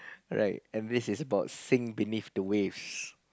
right and this is about sing believe the waves